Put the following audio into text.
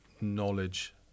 knowledge